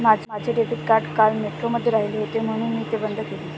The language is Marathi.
माझे डेबिट कार्ड काल मेट्रोमध्ये राहिले होते म्हणून मी ते बंद केले